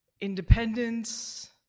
independence